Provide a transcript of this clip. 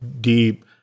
deep